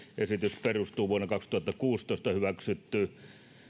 esitys perustuu vuonna kaksituhattakuusitoista hyväksyttyyn